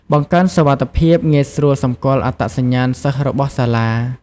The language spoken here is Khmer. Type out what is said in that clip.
បង្កើនសុវត្ថិភាព ងាយស្រួលសម្គាល់អត្តសញ្ញាណសិស្សរបស់សាលា។